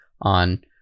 on